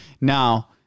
now